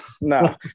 no